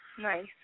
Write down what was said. Nice